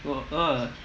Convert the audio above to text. !wah! ah